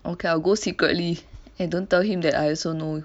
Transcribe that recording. okay I'll go secretly and don't tell him that I also know